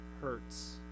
hurts